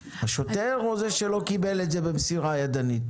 השוטר או זה שלא קיבל את זה במסירה ידנית?